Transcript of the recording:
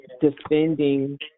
defending